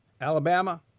Alabama